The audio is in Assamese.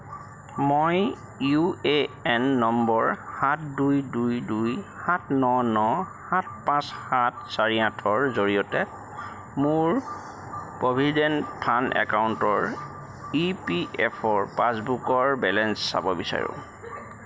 মই ইউ এ এন নম্বৰ সাত দুই দুই দুই সাত ন ন সাত পাঁচ চাৰি আঠৰ জৰিয়তে মোৰ প্ৰভিডেণ্ট ফাণ্ড একাউণ্টৰ ই পি এফ অ' পাছবুকৰ বেলেঞ্চ চাব বিচাৰোঁ